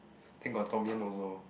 then got tom-yum also